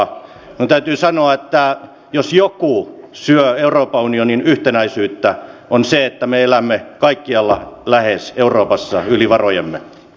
no täytyy sanoa että jos joku syö euroopan unionin yhtenäisyyttä se on se että me elämme lähes kaikkialla euroopassa yli varojemme